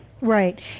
Right